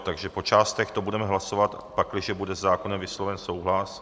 Takže po částech to budeme hlasovat, pakliže bude vysloven souhlas.